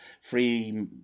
free